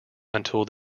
until